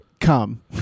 Come